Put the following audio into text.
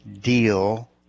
deal